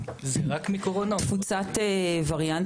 וזה לפי הנתונים